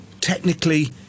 technically